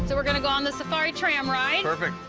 so we're gonna go on the safari tram ride. perfect.